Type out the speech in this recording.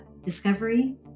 discovery